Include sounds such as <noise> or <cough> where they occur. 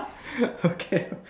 <laughs> okay lor